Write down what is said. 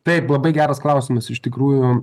taip labai geras klausimas iš tikrųjų